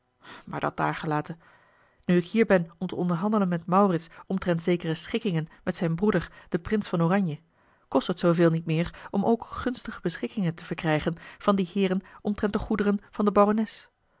maar dat daargelaten nu ik hier ben om te onderhandelen met maurits omtrent zekere schikkingen met zijn broeder den prins van oranje kost het zooveel niet meer om ook gunstige beschikkingen te verkrijgen van die heeren omtrent de goederen van de barones